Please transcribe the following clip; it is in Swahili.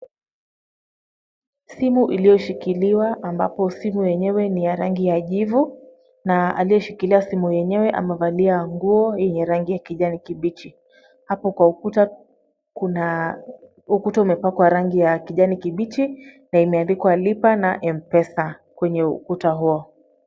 Simu iliyoshikiliwa ambapo simu yenyewe ni ya rangi ya jivu na aliyeshikilia simu yenyewe amevalia nguo yenye rangi ya kijani kibichi. Hapo kwa ukuta kuna ukuta umepakwa rangi ya kijani kibichi na imeandikwa lipa na M-Pesa kwenye ukuta huo.